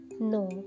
No